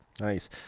Nice